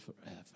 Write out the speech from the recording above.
forever